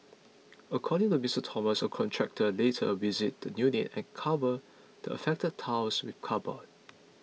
according to Mister Thomas a contractor later visited the unit and covered the affected tiles with cardboard